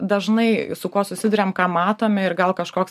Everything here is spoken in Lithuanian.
dažnai su kuo susiduriam ką matome ir gal kažkoks